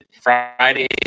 Friday